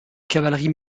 cavalerie